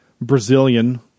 Brazilian